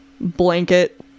blanket